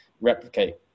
replicate